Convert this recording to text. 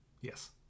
Yes